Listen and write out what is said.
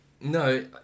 No